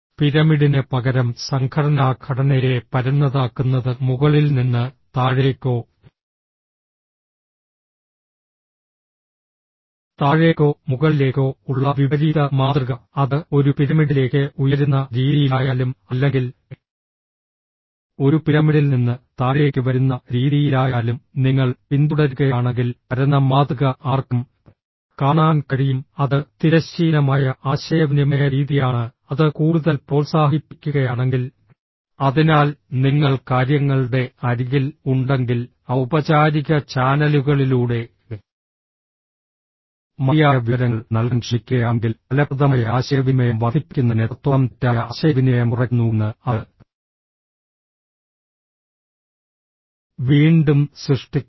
പിരമിഡിന് പകരം സംഘടനാ ഘടനയെ പരന്നതാക്കുന്നത് മുകളിൽ നിന്ന് താഴേക്കോ താഴേക്കോ മുകളിലേക്കോ ഉള്ള വിപരീത മാതൃക അത് ഒരു പിരമിഡിലേക്ക് ഉയരുന്ന രീതിയിലായാലും അല്ലെങ്കിൽ ഒരു പിരമിഡിൽ നിന്ന് താഴേക്ക് വരുന്ന രീതിയിലായാലും നിങ്ങൾ പിന്തുടരുകയാണെങ്കിൽ പരന്ന മാതൃക ആർക്കും കാണാൻ കഴിയും അത് തിരശ്ചീനമായ ആശയവിനിമയ രീതിയാണ് അത് കൂടുതൽ പ്രോത്സാഹിപ്പിക്കുകയാണെങ്കിൽ അതിനാൽ നിങ്ങൾ കാര്യങ്ങളുടെ അരികിൽ ഉണ്ടെങ്കിൽ ഔപചാരിക ചാനലുകളിലൂടെ മതിയായ വിവരങ്ങൾ നൽകാൻ ശ്രമിക്കുകയാണെങ്കിൽ ഫലപ്രദമായ ആശയവിനിമയം വർദ്ധിപ്പിക്കുന്നതിന് എത്രത്തോളം തെറ്റായ ആശയവിനിമയം കുറയ്ക്കുന്നുവെന്ന് അത് വീണ്ടും സൃഷ്ടിക്കും